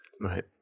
Right